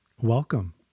welcome